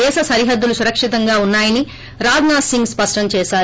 దేశ సరిహద్దులు సురక్షితంగా ఉన్నాయని రాజ్నాథ్ సింగ్ స్పష్టం చేశారు